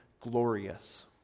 glorious